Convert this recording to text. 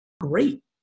great